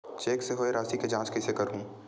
Cheque से होए राशि के जांच कइसे करहु?